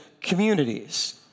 communities